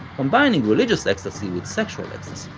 combining religious ecstasy with sexual